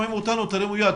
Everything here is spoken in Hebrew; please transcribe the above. מפוקחות,